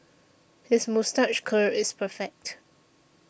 his moustache curl is perfect